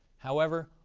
however,